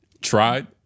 Tried